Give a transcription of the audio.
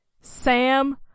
Sam